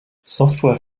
software